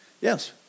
Yes